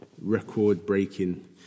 record-breaking